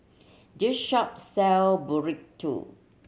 this shop sell Burrito